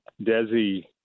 Desi